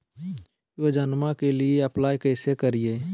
योजनामा के लिए अप्लाई कैसे करिए?